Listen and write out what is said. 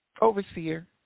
Overseer